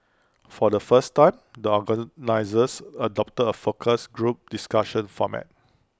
for the first time the organisers adopted A focus group discussion format